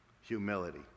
humility